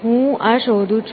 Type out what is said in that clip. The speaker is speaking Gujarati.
હું આ શોધું છું